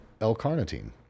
L-carnitine